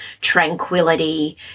tranquility